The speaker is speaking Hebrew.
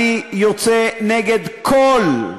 אני יוצא נגד הכול.